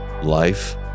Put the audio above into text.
Life